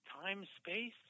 Time-space